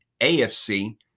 AFC